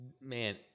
Man